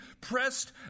pressed